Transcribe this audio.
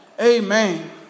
Amen